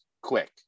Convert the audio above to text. quick